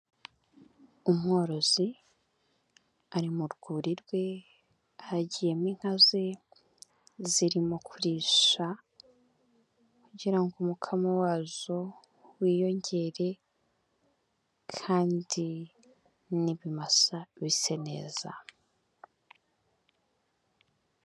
Umworozi ari mu rwuri rwe, aragiyemo inka ze, zirimo kurisha, kugira ngo umukamo wazo wiyongere kandi n'ibimasa bise neza.